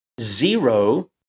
zero